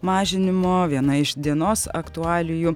mažinimo viena iš dienos aktualijų